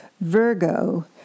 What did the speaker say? Virgo